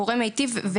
גורם מיטיב,